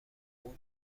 اون